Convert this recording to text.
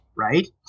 right